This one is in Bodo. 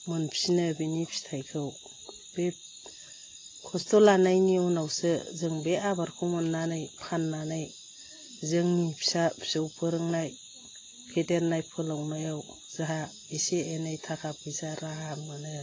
मोनफिनो बिनि फिथाइखौ बे खस्थ' लानायनि उनावसो जों बे आबादखौ मोन्नानै फान्नानै जोंनि फिसा फिसौ फोरोंनाय फेदेरनाय फोलावनायाव जोंहा इसे एनै थाखा फैसा राहा मोनो